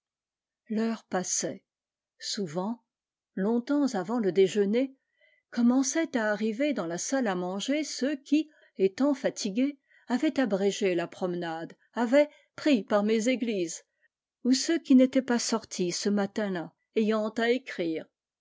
l'heure passait souvent longtemps avant le déjeuner commençaient à arriver dans la salle à manger ceux qui étant fatigués avaient abrégé la promenade avaient pris par méségiise ou ceux qui n'étaient pas sortis ce matin-là ayant à écrire